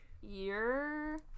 year